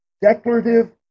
Declarative